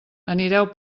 anireu